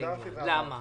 למה